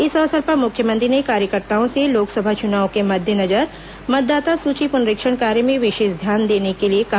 इस अवसर पर मुख्यमंत्री ने कार्यकर्ताओं से लोकसभा चुनाव के मद्देनजर मतदाता सूची पुनरीक्षण कार्य में विशेष ध्यान देने के लिए कहा